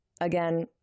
Again